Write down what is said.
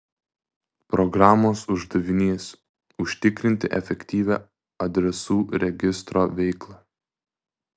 programos uždavinys užtikrinti efektyvią adresų registro veiklą